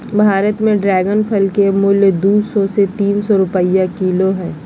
भारत में ड्रेगन फल के मूल्य दू सौ से तीन सौ रुपया किलो हइ